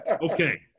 Okay